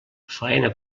faena